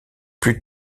plus